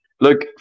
Look